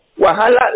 wahala